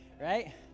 right